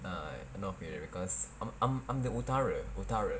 ah north area because I'm I'm I'm the utara utara